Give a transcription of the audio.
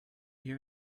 hear